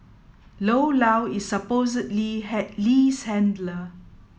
Lo Lao is supposedly Lee's handler